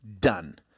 done